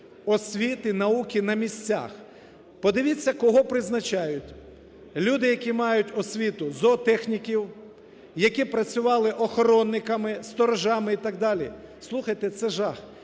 освіти, науки на місцях. Подивіться, кого призначають. Люди, які мають освіту зоотехніків, які працювали охоронниками, сторожами і так далі, слухайте, це жах!